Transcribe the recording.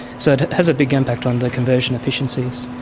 so it has a big impact on the conversion efficiencies.